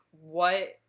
what-